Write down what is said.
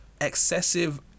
excessive